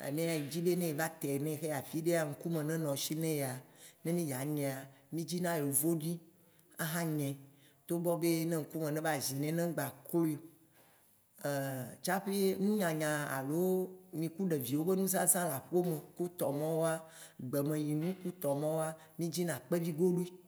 alea ye dzi be ne ye va tae ne ye xɔ yi afiɖea, ŋkume nenɔ si ne yea, ne mì ya nyea. mì dzina yovoɖi axa nyaɛ togbɔ be ne ŋkume ne ba zi nɛ, ne ŋgba klo. Tsaƒe nunyanya alo mì ku ɖeviwo be nuzãzã le axome ku tɔ mɔwoa, gbemeyinu ku tɔ mɔwoa, mì dzina kpevi goɖoe